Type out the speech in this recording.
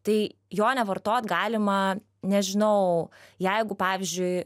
tai jo nevartot galima nežinau jeigu pavyzdžiui